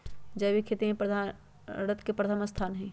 जैविक खेती में भारत के प्रथम स्थान हई